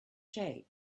shape